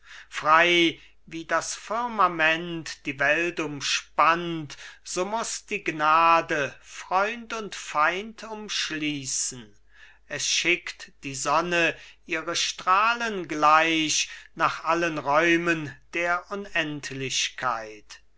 frei wie das firmament die welt umspannt so muß die gnade freund und feind umschließen es schickt die sonne ihre strahlen gleich nach allen räumen der unendlichkeit